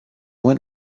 went